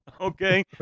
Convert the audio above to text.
okay